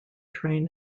train